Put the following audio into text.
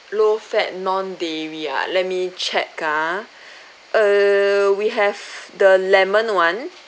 low fat non dairy ah let me check ah err we have the lemon [one]